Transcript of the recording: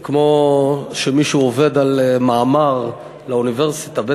זה כמו שמישהו עובד על מאמר באוניברסיטה, אתה